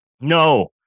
No